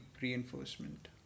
Reinforcement